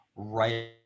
right